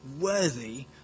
worthy